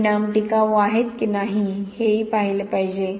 परिणाम टिकाऊ आहेत की नाही हे हेही पाहिले पाहिजे